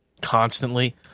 constantly